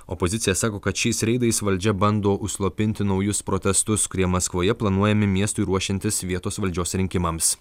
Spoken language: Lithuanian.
opozicija sako kad šiais reidais valdžia bando užslopinti naujus protestus kurie maskvoje planuojami miestui ruošiantis vietos valdžios rinkimams